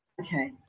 Okay